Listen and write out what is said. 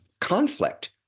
conflict